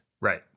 Right